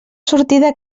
sortida